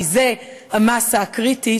כי זו המסה הקריטית,